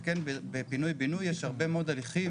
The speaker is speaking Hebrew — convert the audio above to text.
שכן בפינוי בינוי יש הרבה מאוד הליכים